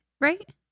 right